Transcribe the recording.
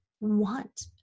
want